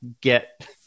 get